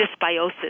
dysbiosis